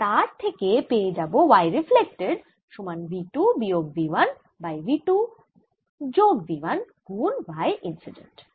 আর তার থেকে পেয়ে যাবো y রিফ্লেক্টেড সমান v 2 বিয়োগ v1 বাই v 2 যোগ v1 গুন y ইন্সিডেন্ট